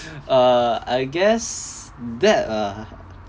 uh I guess that ah